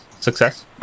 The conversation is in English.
success